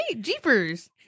Jeepers